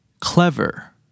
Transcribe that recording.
Clever